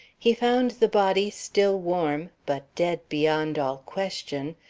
he found the body still warm, but dead beyond all question,